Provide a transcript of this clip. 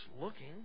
looking